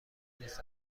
نیست